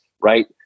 right